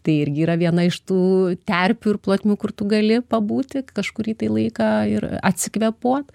tai irgi yra viena iš tų terpių ir plotmių kur tu gali pabūti kažkurį tai laiką ir atsikvėpuot